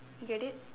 you get it